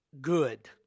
good